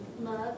love